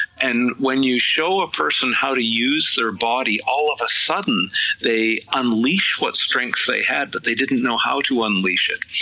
and when you show a person how to use their body, all of a sudden they unleash what strength they had, but they didn't know how to unleash it.